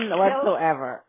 whatsoever